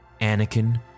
Anakin